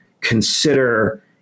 consider